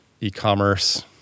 e-commerce